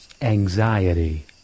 anxiety